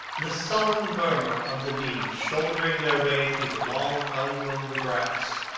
the sullen murmur of the bees shouldering their way through the long unmown grass,